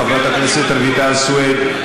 חברת הכנסת רויטל סויד,